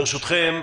ברשותכם,